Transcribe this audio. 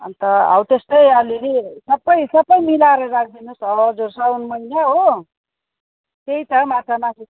अन्त हौ त्यस्तै अलिअलि सबै सबै मिलाएर राखिदिनुहोस् हजुर साउन महिना हो त्यही त माछा मासु